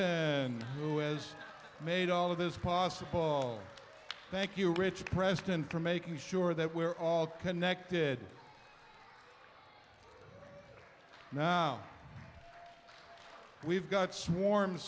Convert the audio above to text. preston who is made all of his possible thank you richard preston for making sure that we're all connected now we've got swarms